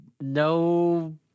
No